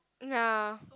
nah